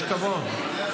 יש כבוד.